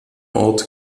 ort